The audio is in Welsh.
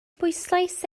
bwyslais